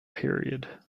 period